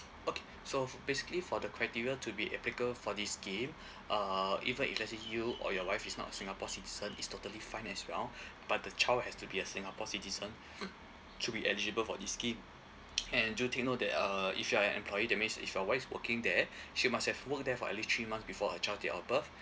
okay so f~ basically for the criteria to be applica~ for this scheme uh even if let's say you or your wife is not singapore citizen it's totally fine as well but the child has to be a singapore citizen to be eligible for this scheme and do take note that uh if you are an employee that means if your wife's working there she must have work there for at least three months before a child date of birth